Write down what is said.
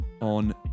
on